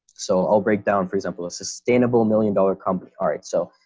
so i'll break down for example, a sustainable million dollar company alright, so